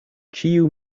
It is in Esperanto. ĉiu